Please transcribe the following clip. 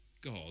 God